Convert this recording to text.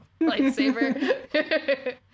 lightsaber